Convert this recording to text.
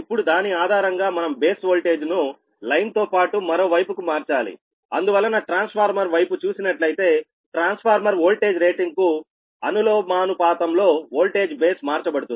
ఇప్పుడు దాని ఆధారంగా మనం బేస్ వోల్టేజ్ను లైన్తో పాటు మరో వైపుకు మార్చాలిఅందువలన ట్రాన్స్ఫార్మర్ వైపు చూసినట్లయితే ట్రాన్స్ఫార్మర్ వోల్టేజ్ రేటింగ్ కు అనులోమానుపాతంలో వోల్టేజ్ బేస్ మార్చబడుతుంది